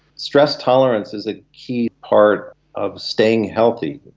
stress tolerance is a key part of staying healthy.